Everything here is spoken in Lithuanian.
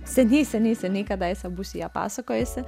seniai seniai seniai kadaise būsiu ją pasakojusi